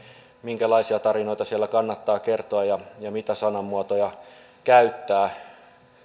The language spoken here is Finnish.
minkälaisia tarinoita siellä kannattaa kertoa ja ja mitä sanamuotoja käyttää